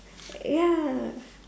ya